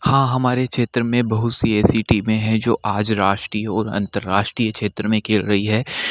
हाँ हमारे क्षेत्र में बहुत सी ऐसी टीमें है जो आज राष्ट्रीय और अन्तर्राष्ट्रीय क्षेत्र में खेल रही हैं